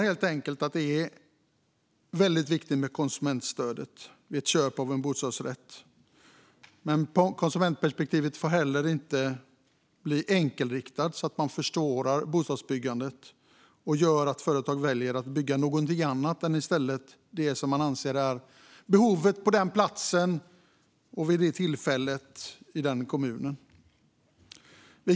Det är viktigt med konsumentskydd vid köp av bostadsrätt, men konsumentperspektivet får samtidigt inte bli enkelriktat och försvåra bostadsbyggandet så att företagen väljer att bygga annat än det som faktiskt behövs där och då i kommunen.